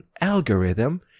algorithm